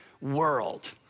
world